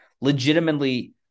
legitimately